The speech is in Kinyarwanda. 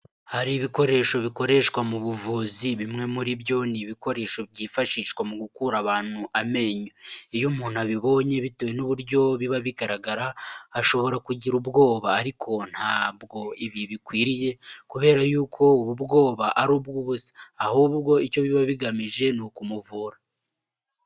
Hari ibikoresho bikoreshwa mu buvuzi, bimwe muri byo ni ibikoresho byifashishwa mu gukura abantu amenyo, iyo umuntu abibonye bitewe n'uburyo biba bigaragara, ashobora kugira ubwoba, ariko ntabwo ibi bikwiriye kubera yuko ubu bwoba ari ubw'ubusa, ahubwo icyo biba bigamije ni ukumuvura.